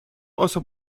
also